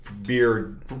Beer